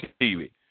TV